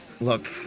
Look